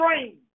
strange